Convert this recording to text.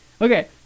Okay